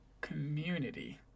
community